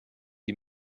die